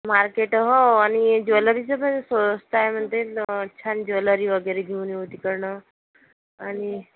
market हो आणि ज्वेलरीचं पण स्वस्त आहे म्हणते छान ज्वेलरी वगैरे घेऊन येऊ तिकडून आणि